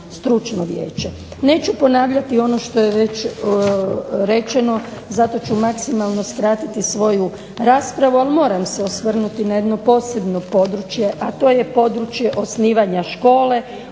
stručno vijeće. Neću ponavljati ono što je već rečeno zato ću maksimalno skratiti svoju raspravu, ali moram se osvrnuti na jedno posebno područje, a to je područje osnivanja škole